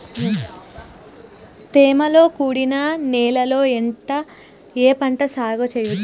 తేమతో కూడిన నేలలో ఏ పంట సాగు చేయచ్చు?